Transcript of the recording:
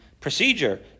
procedure